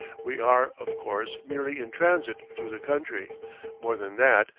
we are, of course, merely in transit through the country more than that,